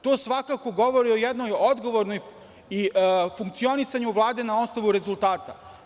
To svakako govori o jednoj odgovornoj i funkcionisanju Vlade na osnovu rezultata.